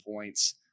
points